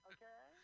Okay